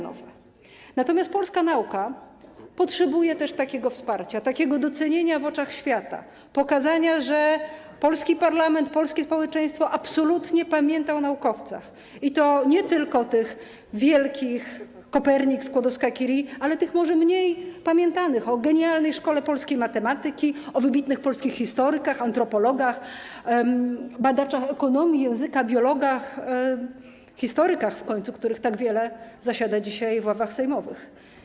Natomiast polska nauka potrzebuje też takiego wsparcia, takiego docenienia w oczach świata, pokazania, że polski parlament i polskie społeczeństwo absolutnie pamiętają o naukowcach, i to nie tylko tych wielkich, jak Kopernik, Skłodowska-Curie, ale również o tych może mniej pamiętanych, o genialnej szkole polskiej matematyki, o wybitnych polskich historykach, antropologach, badaczach ekonomii, języka, biologach, w końcu historykach, których tak wiele zasiada dzisiaj w ławach sejmowych.